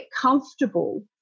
comfortable